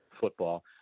football